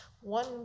one